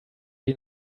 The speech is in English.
you